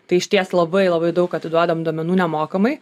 tai išties labai labai daug atiduodam duomenų nemokamai